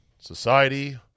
Society